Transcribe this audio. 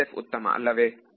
SF ಉತ್ತಮ ಅಲ್ಲವೇ